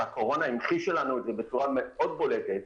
והקורונה המחישה לנו את זה בצורה מאוד בולטת: